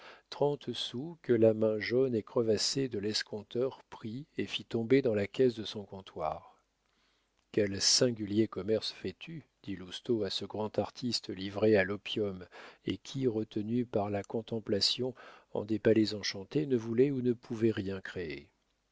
trente sous que la main jaune et crevassée de l'escompteur prit et fit tomber dans la caisse de son comptoir quel singulier commerce fais-tu dit lousteau à ce grand artiste livré à l'opium et qui retenu par la contemplation en des palais enchantés ne voulait ou ne pouvait rien créer